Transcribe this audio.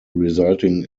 resulting